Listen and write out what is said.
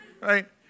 right